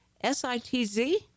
S-I-T-Z